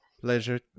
Pleasure